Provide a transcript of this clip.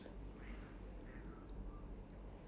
I don't understand that saying also because